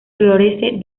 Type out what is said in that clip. florece